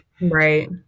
right